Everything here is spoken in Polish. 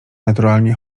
naturalnie